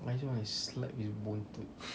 I just want to slap his buntut